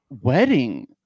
wedding